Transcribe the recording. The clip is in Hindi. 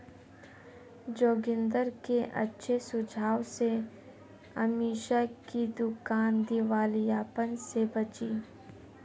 जोगिंदर के अच्छे सुझाव से अमीषा की दुकान दिवालियापन से बची